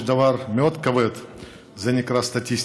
יש דבר מאוד כבד שנקרא סטטיסטיקה.